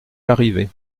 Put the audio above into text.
larrivé